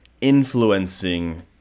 influencing